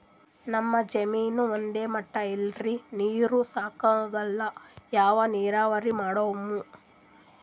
ನಮ್ ಜಮೀನ ಒಂದೇ ಮಟಾ ಇಲ್ರಿ, ನೀರೂ ಸಾಕಾಗಲ್ಲ, ಯಾ ನೀರಾವರಿ ಮಾಡಮು?